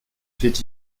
fait